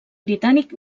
britànic